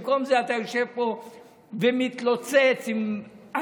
במקום זה אתה יושב פה ומתלוצץ עם אסופה